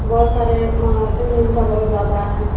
बहुत सारे बिल भी इनका बहुत ज़्यादा है